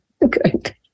Good